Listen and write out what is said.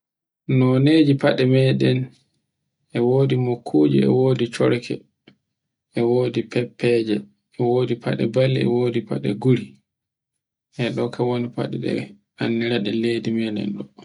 Nonoji faɗe meɗen, e wodi mukkuje, e wodi corke, e wodi feffeje, e wodi gaɗe balli e wodi faɗe guri, E ɗon kan e woni faɗe ɗe anndiraɗe leydi maɗen.